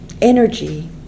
energy